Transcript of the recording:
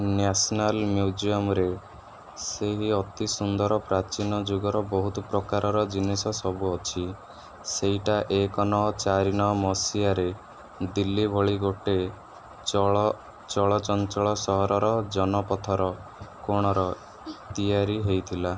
national ମ୍ୟୁଜିୟମ୍ରେ ସେହି ଅତି ସୁନ୍ଦର ପ୍ରାଚୀନ ଯୁଗର ବହୁତ ପ୍ରକାରର ଜିନିଷ ସବୁ ଅଛି ସେଇଟା ଏକ ନଅ ଚାରି ନଅ ମସିହାରେ ଦିଲ୍ଲୀ ଭଳି ଗୋଟେ ଚଳ ଚଳ ଚଞ୍ଚଳ ସହରର ଜନପଥର କୋଣର ତିଆରି ହେଇଥିଲା